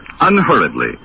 unhurriedly